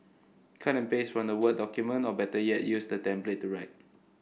cut and paste from the word document or better yet use the template to write